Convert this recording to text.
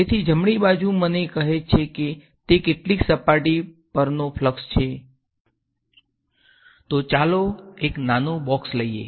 તેથી જમણી બાજુ મને કહે છે કે તે કેટલીક સપાટી પરથી નો ફ્લ્ક્ષ છે તો ચાલો એક નાનું બોક્સ લઈએ